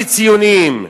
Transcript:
אנטי-ציוניים.